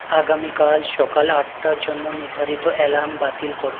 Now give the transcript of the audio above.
আগামীকাল সকাল আটটার জন্য নির্ধারিত অ্যালার্ম বাতিল করো